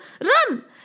run